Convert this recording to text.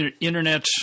internet